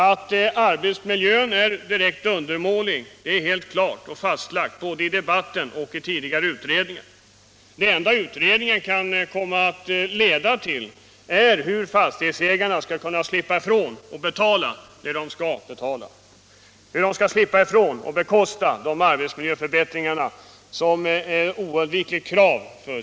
Att arbetsmiljön är direkt undermålig är helt klart och fastlagt både i debatten och i tidigare utredningar. Det enda utredningen kan komma att leda fram till är hur fastighetsägarna skall kunna slippa ifrån att betala det de skall betala, hur de skall undgå att bekosta de arbetsmiljöförbättringar för sophämtarna som är ett helt oundvikligt krav.